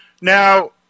Now